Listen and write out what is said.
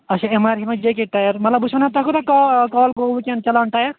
اَچھا M R یِمے J K tyre مَطلَب بہٕ چھُس وَنان تۄہہِ کوٗتاہ کال کال گوٚوٕ وُنکٮ۪ن چَلان ٹایَر